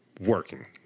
working